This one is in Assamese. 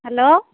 হেল্ল'